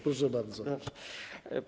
Proszę bardzo.